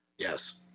Yes